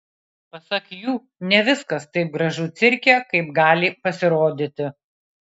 pasak jų ne viskas taip gražu cirke kaip gali pasirodyti